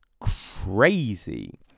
crazy